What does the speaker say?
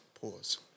Pause